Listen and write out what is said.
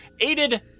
aided